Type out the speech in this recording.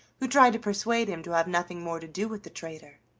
who tried to persuade him to have nothing more to do with the traitor.